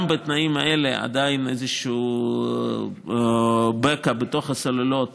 גם בתנאים האלה, עדיין איזשהו בקע בתוך הסוללות,